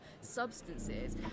substances